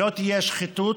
שלא תהיה שחיתות